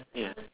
ya